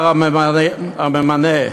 השר הממנה,